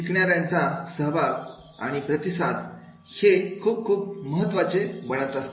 शिकणाऱ्यांचा सहभाग आणि प्रतिसाद हे खूप खूप महत्त्वाचे बनत असतात